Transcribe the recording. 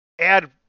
add